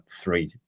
three